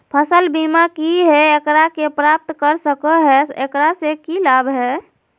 फसल बीमा की है, एकरा के प्राप्त कर सको है, एकरा से की लाभ है?